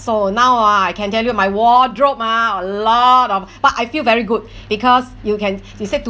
so now ah I can tell you my wardrobe ah a lot of but I feel very good because you can you said